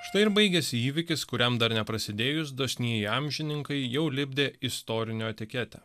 štai ir baigiasi įvykis kuriam dar neprasidėjus dosnieji amžininkai jau lipdė istorinio etiketę